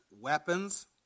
weapons